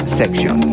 section